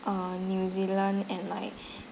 uh new zealand and like